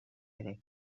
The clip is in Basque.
ere